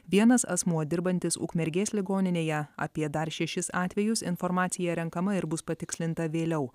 vienas asmuo dirbantis ukmergės ligoninėje apie dar šešis atvejus informacija renkama ir bus patikslinta vėliau